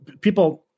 people –